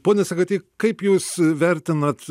pone sagaty kaip jūs vertinat